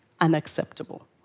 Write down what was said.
unacceptable